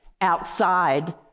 outside